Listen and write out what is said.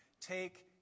Take